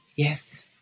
Yes